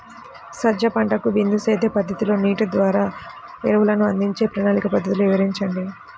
సజ్జ పంటకు బిందు సేద్య పద్ధతిలో నీటి ద్వారా ఎరువులను అందించే ప్రణాళిక పద్ధతులు వివరించండి?